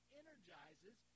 energizes